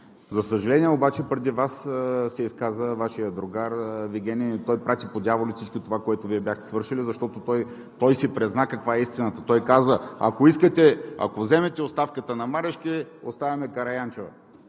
За съжаление обаче, преди Вас се изказа Вашият другар Вигенин и той прати по дяволите всичко това, което Вие бяхте свършили, защото си призна каква е истината. Той каза: „Ако вземете оставката на Марешки, оставяме Караянчева.“